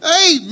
Hey